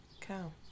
cow